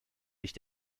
sich